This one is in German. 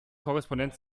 korrespondent